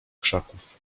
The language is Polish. krzaków